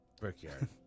Brickyard